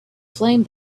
flame